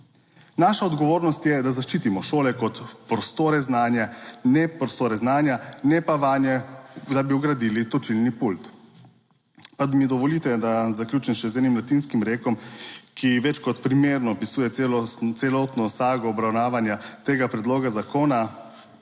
Naša odgovornost je, da zaščitimo šole kot prostore znanja, ne pa vanje, da bi vgradili točilni pult. Pa mi dovolite, da zaključim še z enim latinskim rekom, ki več kot primerno opisuje celotno sago obravnavanja tega predloga zakona: